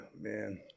man